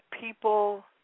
people